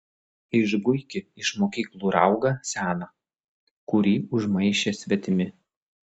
išguiki iš mokyklų raugą seną kurį užmaišė svetimi